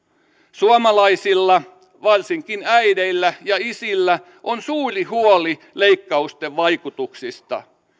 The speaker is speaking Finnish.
suomalaisilla varsinkin äideillä ja isillä on suuri huoli leikkausten vaikutuksista